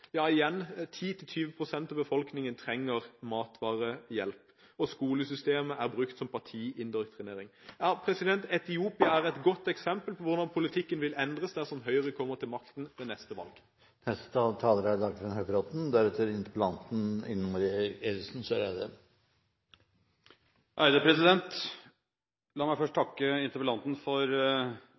Ja, igjen, 10–20 pst. av befolkningen trenger matvarehjelp. Skolesystemet er brukt til partiindoktrinering. Etiopia er et godt eksempel på hvordan politikken vil endres dersom Høyre kommer til makten ved neste valg. La meg først takke interpellanten for hennes klare og sterke oppgjør med menneskerettighetsbrudd – i dette tilfellet i Etiopia – og den pågående vilje til å holde statsråden ansvarlig for